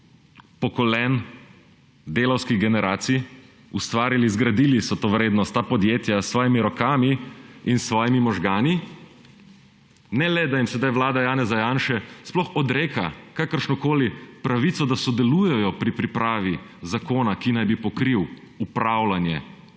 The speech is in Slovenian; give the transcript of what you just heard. pokolenj delavskih generacij, ta podjetja so ustvarila in zgradila to vrednost s svojimi rokami in svojimi možgani. Ne le, da jim sedaj vlada Janeza Janše sploh odreka kakršnokoli pravico, da sodelujejo pri pripravi zakona, ki naj bi pokril upravljanje